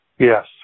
Yes